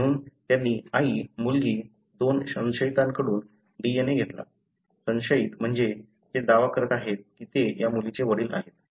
म्हणून त्यांनी आई मुलगी दोन संशयितांकडून DNA घेतला संशयित म्हणजे जे दावा करत आहेत की ते या मुलीचे वडील आहेत